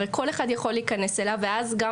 הרי כל אחד יכול להיכנס אליו ואז גם